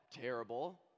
terrible